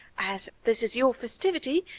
as this is your festivity,